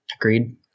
Agreed